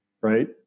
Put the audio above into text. Right